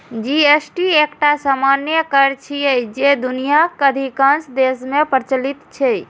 GST एकटा सामान्य कर छियै, जे दुनियाक अधिकांश देश मे प्रचलित छै